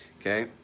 Okay